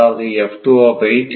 அதாவது Etc